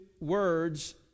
words